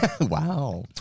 Wow